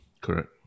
correct